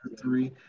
three